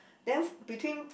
then between